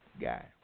guy